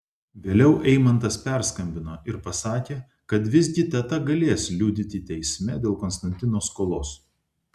vėliau eimantas perskambino ir pasakė kad visgi teta galės liudyti teisme dėl konstantino skolos